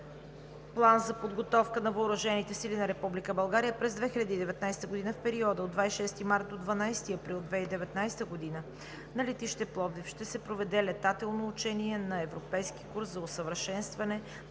Плана за подготовка на въоръжените сили на Република България през 2019 г. в периода от 26 март до 12 април 2019 г. на летище Пловдив ще се проведе летателно учение „Европейски курс за усъвършенстване